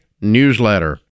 newsletter